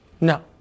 No